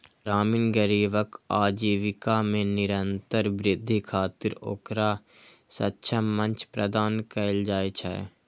ग्रामीण गरीबक आजीविका मे निरंतर वृद्धि खातिर ओकरा सक्षम मंच प्रदान कैल जाइ छै